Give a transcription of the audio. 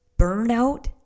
burnout